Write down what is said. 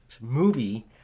movie